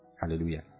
Hallelujah